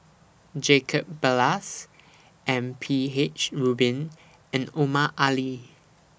Jacob Ballas M P H Rubin and Omar Ali